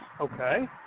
Okay